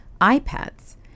iPads